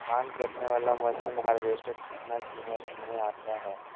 धान कटने बाला मसीन हार्बेस्टार कितना किमत में आता है?